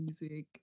music